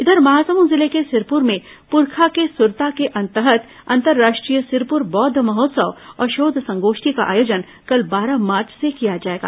इधर महासमुंद जिले के सिरपुर में पुरखा के सुरता के तहत अंतर्राष्ट्रीय सिरपुर बौद्ध महोत्सव और शोध संगोष्ठी का आयोजन कल बारह मार्च से किया जाएगा